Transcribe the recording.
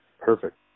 Perfect